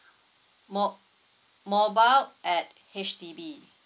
mo~ mobile at H_D_B